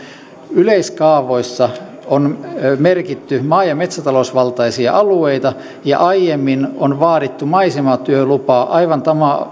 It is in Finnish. yleiskaavoissa on merkitty maa ja metsätalousvaltaisia alueita ja aiemmin on vaadittu maisematyölupa aivan